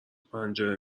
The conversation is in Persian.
پنجره